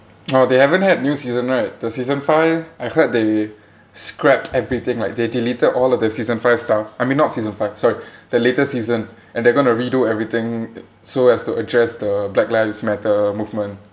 well they haven't had new season right the season five I heard they scrapped everything like they deleted all of their season five stuff I mean not season five sorry the latest season and they're gonna redo everything so as to address the black lives matter movement